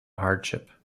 hardship